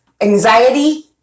anxiety